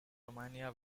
romania